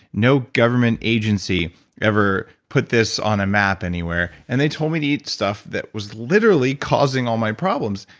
no government agency ever put this on a map anywhere. and they told me to eat stuff that was literally causing all my problems.